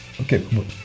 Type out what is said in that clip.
Okay